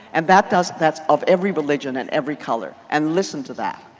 and that does that of every religion and every color. and listen to that.